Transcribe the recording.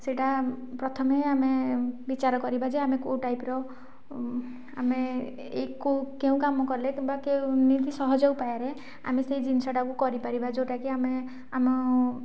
ସେଇଟା ପ୍ରଥମେ ଆମେ ବିଚାର କରିବା ଯେ ଆମେ କେଉଁ ଟାଇପ୍ର ଆମେ ଏ କେଉଁ କେଉଁ କାମ କଲେ କିମ୍ବା କେମିତି ସହଜ ଉପାୟରେ ଆମେ ସେଇ ଜିନିଷଟାକୁ କରିପାରିବା ଯେଉଁଟାକି ଆମେ ଆମ